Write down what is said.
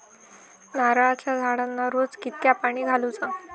नारळाचा झाडांना रोज कितक्या पाणी घालुचा?